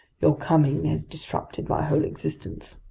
your coming has disrupted my whole existence.